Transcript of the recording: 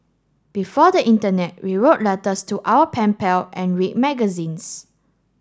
before the internet we wrote letters to our pen pal and read magazines